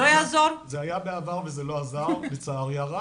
זה היה בעבר וזה לא עזר, לצערי הרב.